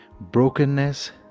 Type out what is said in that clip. brokenness